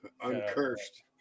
uncursed